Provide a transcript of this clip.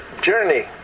journey